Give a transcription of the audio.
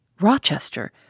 Rochester